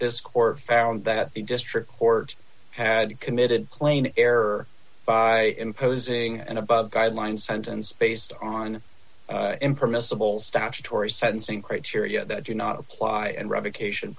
this court found that the district court had committed plain error by imposing an above guideline sentence based on impermissible statutory sentencing criteria that do not apply and revocation